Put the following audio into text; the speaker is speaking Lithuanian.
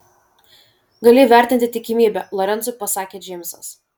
gali įvertinti tikimybę lorencui pasakė džeimsas